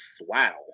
wow